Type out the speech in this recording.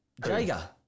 Jager